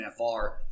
NFR